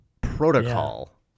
protocol